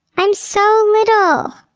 i'm so little!